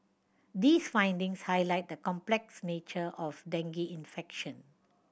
these findings highlight the complex nature of dengue infection